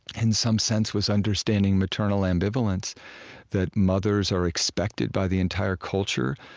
and some sense, was understanding maternal ambivalence that mothers are expected, by the entire culture,